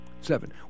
Seven